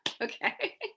Okay